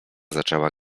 zaczęła